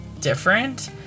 different